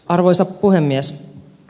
arvoisa puhemies